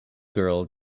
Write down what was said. girl